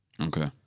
Okay